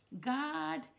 God